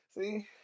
See